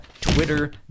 Twitter